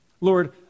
Lord